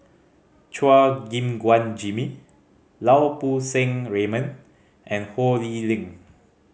Chua Gim Guan Jimmy Lau Poo Seng Raymond and Ho Lee Ling